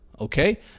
okay